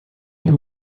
who